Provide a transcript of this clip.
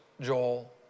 Joel